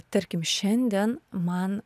tarkim šiandien man